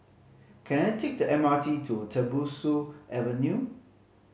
can I take the M R T to Tembusu Avenue